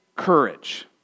courage